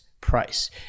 price